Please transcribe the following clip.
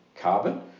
carbon